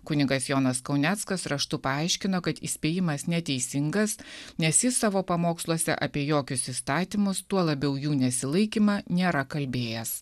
kunigas jonas kauneckas raštu paaiškino kad įspėjimas neteisingas nes jis savo pamoksluose apie jokius įstatymus tuo labiau jų nesilaikymą nėra kalbėjęs